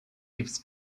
gifts